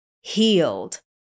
healed